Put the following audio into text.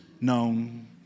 known